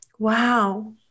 Wow